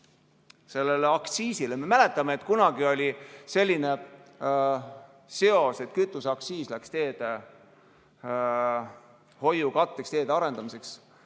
seda aktsiisi. Ma mäletan, et kunagi oli selline seos, et kütuseaktsiis läks teehoiu katteks, teede arendamiseks.